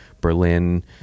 Berlin